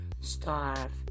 starve